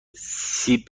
سیب